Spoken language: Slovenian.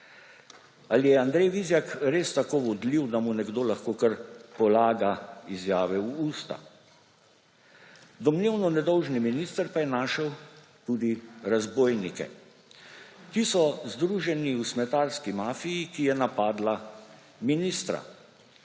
Ali je Andrej Vizjak res tako vodljiv, da mu nekdo lahko kar polaga izjave v usta? Domnevno nedolžni minister pa je našel tudi razbojnike, ki so združeni v smetarski mafiji, ki je napadla ministra.